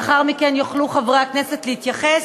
לאחר מכן יוכלו חברי הכנסת להתייחס